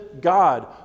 God